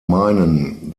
meinen